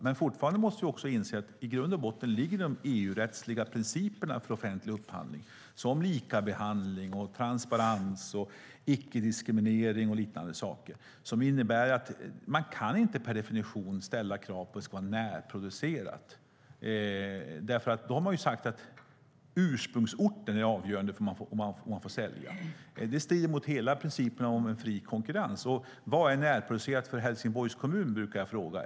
Men fortfarande måste vi inse att i grund och botten ligger de EU-rättsliga principerna för offentlig upphandling, som likabehandling, transparens, icke-diskriminering och liknande saker. Det innebär att man inte per definition kan ställa krav på att det ska vara närproducerat, därför att då har man sagt att ursprungsorten är avgörande för om man får sälja. Det strider mot hela principen om fri konkurrens. Vad är närproducerat för Helsingborgs kommun? brukar jag fråga.